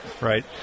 right